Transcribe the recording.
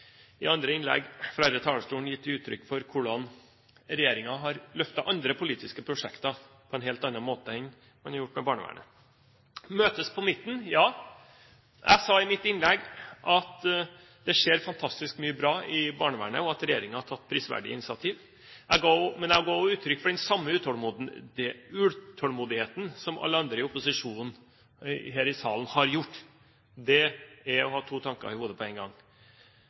i andre innlegg fra denne talerstolen gitt uttrykk for hvordan regjeringen har løftet andre politiske prosjekter på en helt annen måte enn den har gjort med barnevernet. Møtes på midten? Ja, jeg sa i mitt innlegg at det skjer fantastisk mye bra i barnevernet, og at regjeringen har tatt prisverdige initiativ. Men jeg ga også uttrykk for den samme utålmodigheten som alle andre i opposisjonen her i salen har gjort – det er å ha to tanker i hodet på en gang.